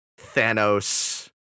thanos